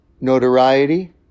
Notoriety